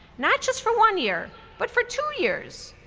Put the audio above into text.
not just for one year, but for two years.